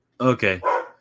Okay